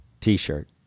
t-shirt